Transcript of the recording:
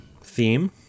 theme